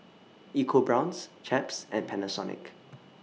EcoBrown's Chaps and Panasonic